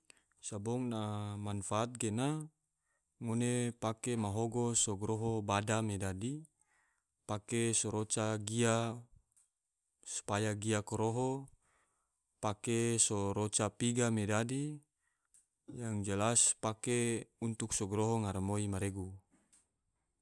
Sabong na manfaat gena ngone pake mahogo so kroho bada me dadi, pake roca gia supaya gia koroho, pake so roca piga me dadi, yang jelas pake untuk so koroho garamoi ma regu